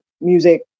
music